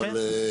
כן.